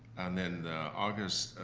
and then the august